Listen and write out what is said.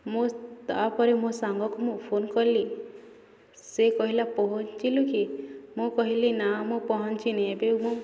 ମୁଁ ତା'ପରେ ମୋ ସାଙ୍ଗକୁ ମୁଁ ଫୋନ୍ କଲି ସେ କହିଲା ପହଁଞ୍ଚିଲୁ କି ମୁଁ କହିଲି ନା ମୁଁ ପହଁଞ୍ଚିନି ଏବେ ମୁଁ